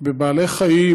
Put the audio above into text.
בבעלי חיים,